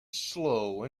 slow